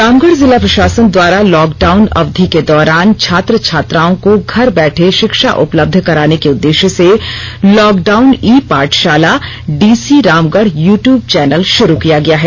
रामगढ जिला प्रशासन द्वारा लॉक डाउन अवधि के दौरान छात्र छात्राओं को घर बैठे शिक्षा उपलब्ध कराने के उद्देश्य से लॉक डाउन ई पाठशाला डीसी रामगढ़ यूट्यूब चैनल शुरू किया गया है